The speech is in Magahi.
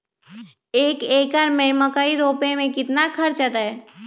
एक एकर में मकई रोपे में कितना खर्च अतै?